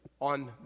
on